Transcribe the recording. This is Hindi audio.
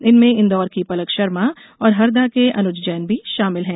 इनमें इंदौर की पलक शर्मा और हरदा के अनुज जैन भी शामिल हैं